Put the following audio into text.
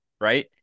right